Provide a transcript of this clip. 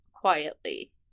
quietly